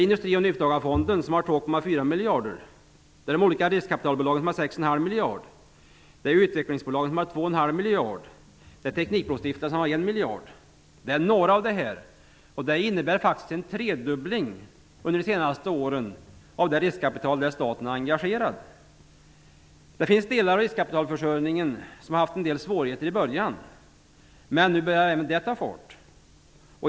Industri och nyföretagarfonden har fått 2,4 miljarder, de olika riskkapitalbolagen har fått 6,5 miljarder, utvecklingsbolagen har fått 2,5 miljarder, Teknikbrostiftelsen har fått 1 miljard. Detta var några exempel. Det innebär faktiskt en tredubbling under de senaste åren av det riskkapital som staten har varit engagerad i. Det finns delar av riskkapitalförsörjningen som det har varit svårigheter med i början, men nu börjar även den ta fart.